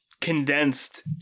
Condensed